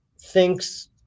thinks